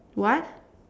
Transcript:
what